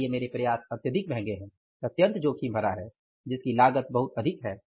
इसलिए मेरे प्रयास अत्यधिक महंगे हैं अत्यधिक जोखिम भरा है जिसकी लागत बहुत अधिक है